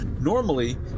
normally